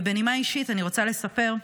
בנימה אישית אני רוצה לספר: